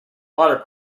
water